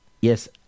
Yes